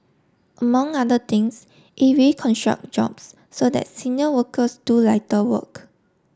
among other things it jobs so that senior workers do lighter work